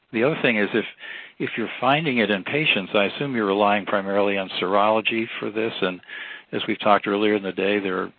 the other thing is, if if you're finding it in patients, i assume you're relying primarily on serology for this. and we've talked earlier in the day, there,